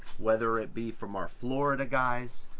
whether it be from our florida guys,